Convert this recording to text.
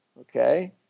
okay